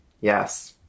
Yes